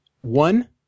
one